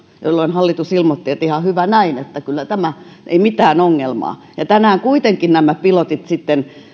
jolloin hallitus ilmoitti että ihan hyvä näin että ei mitään ongelmaa ja tänään kuitenkin nämä pilotit sitten